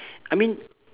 I mean